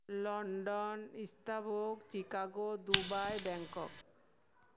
London Istanbul Chicago Dubai Bangkok